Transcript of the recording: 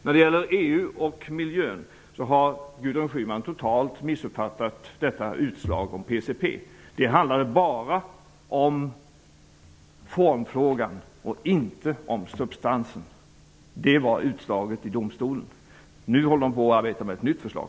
När det gäller EU och miljön har Gudrun Schyman totalt missuppfattat utslaget i fråga om PCP. Det handlar bara om formfrågan, inte om substansen. Det var utslaget i domstolen. Nu håller man på att arbeta med ett nytt förslag.